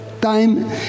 time